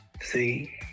See